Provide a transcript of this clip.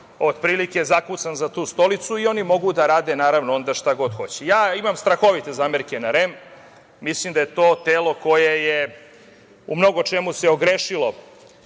otprilike, zakucan za tu stolicu i oni mogu da rade, naravno, šta god hoće. Ja imam strahovite zamerke na REM. Mislim da je to telo koje je u mnogo čemu se ogrešilo